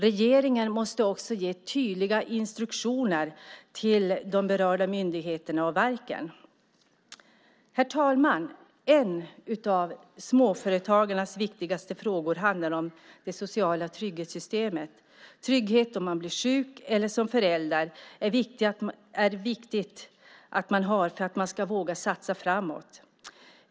Regeringen måste också ge tydliga instruktioner till de berörda myndigheterna och verken. Herr talman! En av småföretagarnas viktigaste frågor handlar om det sociala trygghetssystemet. Trygghet för den som blir sjuk eller trygghet för den som är förälder är viktigt för att våga satsa framåt.